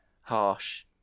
harsh